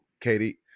Katie